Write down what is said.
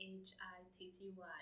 H-I-T-T-Y